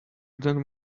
than